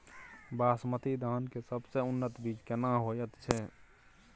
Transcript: बासमती धान के सबसे उन्नत बीज केना होयत छै?